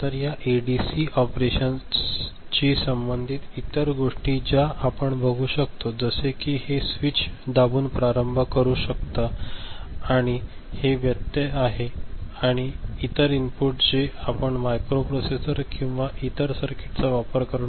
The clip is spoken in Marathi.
तर या एडीसी ऑपरेशनशी संबंधित इतर गोष्टी ज्या आपण बघू शकतो जसे कि हे स्विच दाबून प्रारंभ करू शकता आणि हे व्यत्यय आहेत आणि इतर इनपुट जे आपण मायक्रोप्रोसेसर किंवा इतर सर्किट चा वापर करून देतो